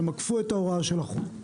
הם עקפו את ההוראה של החוק.